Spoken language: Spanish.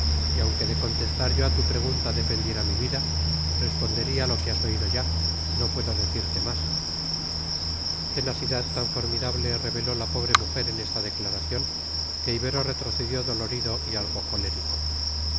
y aunque de contestar yo a tu pregunta dependiera mi vida respondería lo que has oído ya no puedo decirte más tenacidad tan formidable reveló la pobre mujer en esta declaración que ibero retrocedió dolorido y algo colérico